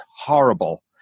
horrible